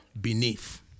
beneath